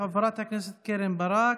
חברת הכנסת מיכל וולדיגר,